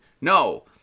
No